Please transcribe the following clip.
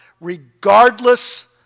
regardless